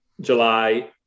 July